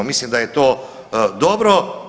Mislim da je to dobro.